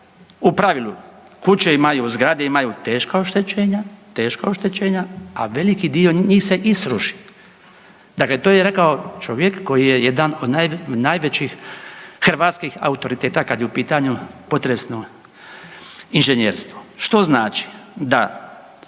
u pravilu, kuće imaju, zgrade imaju teška oštećenja, teška oštećenja, a veliki dio njih se i srušio. Dakle to je rekao čovjek koji je jedan od najvećih hrvatskih autoriteta kad je u pitanju potresno inženjerstvo. Što znači da